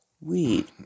weed